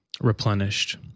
replenished